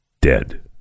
dead